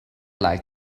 like